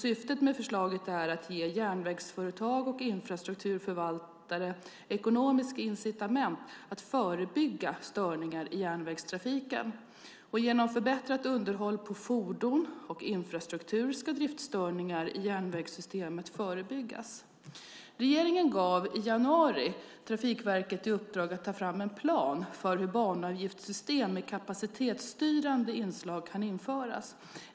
Syftet med förslaget är att ge järnvägsföretag och infrastrukturförvaltare ekonomiska incitament att förebygga störningar i järnvägstrafiken. Genom förbättrat underhåll av fordon och infrastruktur ska driftstörningar i järnvägssystemet förebyggas. Regeringen gav i januari Trafikverket i uppdrag att ta fram en plan för hur ett banavgiftssystem med kapacitetsstyrande inslag kan införas.